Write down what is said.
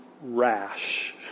rash